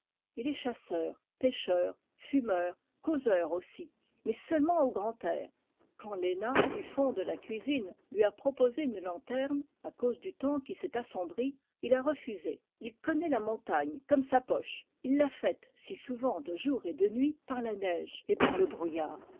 il est chasseur pêcheur fumeur causeur aussi mais seulement au grand air quand léna du fond de la cuisine lui a proposé une lanterne à cause du temps qui s'est assombri il a refusé il connaît la montagne comme sa poche il l'a faite si souvent de jour et de nuit par la neige et par le brouillard